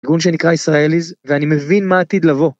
ארגון שנקרא ישראליז, ואני מבין מה עתיד לבוא.